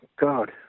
God